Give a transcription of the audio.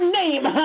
name